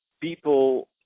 people